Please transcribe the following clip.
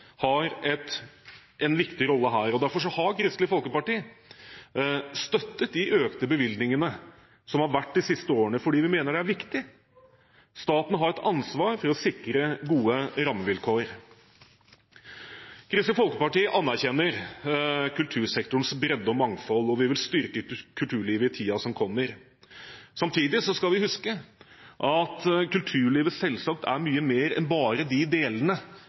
har en viktig rolle her. Derfor har Kristelig Folkeparti støttet de økte bevilgningene som har vært de siste årene, fordi vi mener det har vært viktig. Staten har et ansvar for å sikre gode rammevilkår. Kristelig Folkeparti anerkjenner kultursektorens bredde og mangfold, og vi vil styrke kulturlivet i tiden som kommer. Samtidig skal vi huske at kulturlivet selvsagt er mye mer enn bare de delene